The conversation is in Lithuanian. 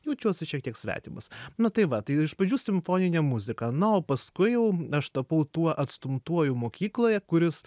jaučiuosi šiek tiek svetimas nu tai va tai iš pradžių simfoninė muzika na o paskui jau aš tapau tuo atstumtuoju mokykloje kuris